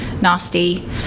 nasty